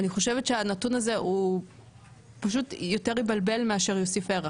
אני חושבת שהנתון הזה פשוט יותר יבלבל מאשר יוסיף ערך.